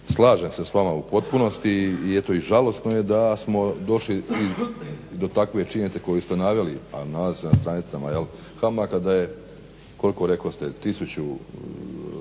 slažem se s vama u potpunosti i eto žalosno je da smo došli do takve činjenice koju ste naveli, a nalazi se na stranicama HAMAG-a da je koliko ste rekli tisuću